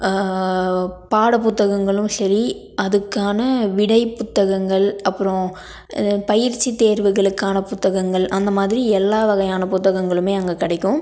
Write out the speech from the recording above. பாடப்புத்தகங்களும் சரி அதுக்கான விடை புத்தகங்கள் அப்புறம் பயிற்சி தேர்வுகளுக்கான புத்தகங்கள் அந்த மாதிரி எல்லா வகையான புத்தகங்களுமே அங்கே கிடைக்கும்